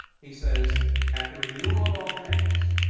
he says, at the renewal of all things,